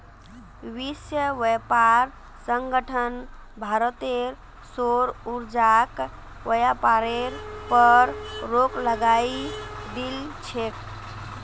विश्व व्यापार संगठन भारतेर सौर ऊर्जाक व्यापारेर पर रोक लगई दिल छेक